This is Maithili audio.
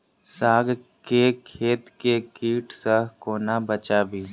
साग केँ खेत केँ कीट सऽ कोना बचाबी?